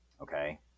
okay